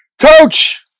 Coach